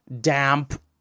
damp